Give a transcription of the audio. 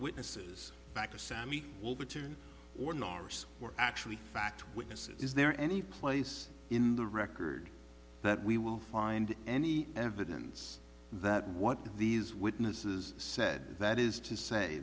were actually fact witnesses is there any place in the record that we will find any evidence that what these witnesses said that is to say